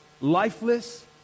lifeless